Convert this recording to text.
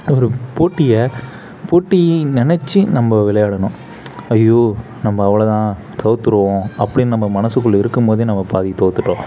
ஒரு போட்டியை போட்டின்னு நினச்சு நம்ம விளையாடணும் ஐய்யயோ நம்ம அவ்வளோதான் தோத்துவிடுவோம் அப்படின்னு நம்ம மனசுக்குள்ளே இருக்கும்போதே நம்ம பாதி தோத்துவிட்டோம்